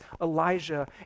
Elijah